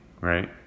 right